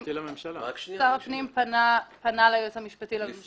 שר הפנים פנה ליועץ המשפטי לממשלה.